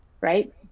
right